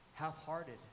half-hearted